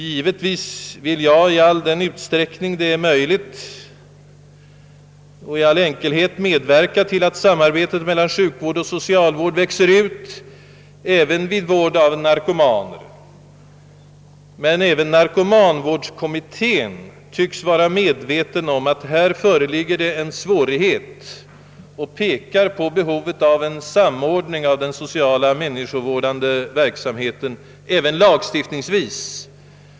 Givetvis vill jag för min ringa del i all den utsträckning det är möjligt medverka till att samarbetet mellan sjukvård och socialvård växer ut även vid vård av narkomaner. Men även narkomanvårdskommittén tycks vara medveten om att här föreligger en svårighet, när den pekar på behovet av en samordning av den sociala människovårdande verksamheten även lagstiftningsvis.